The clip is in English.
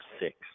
six